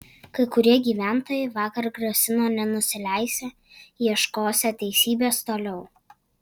kai kurie gyventojai vakar grasino nenusileisią ieškosią teisybės toliau